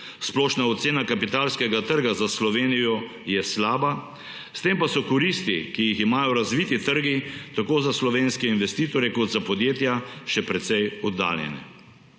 Splošna ocena kapitalske trga za Slovenijo je slaba, s tem pa so koristi, ki jih imajo razviti trgi tako za slovenske investitorje kot za podjetja še precej oddaljene.